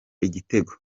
igitego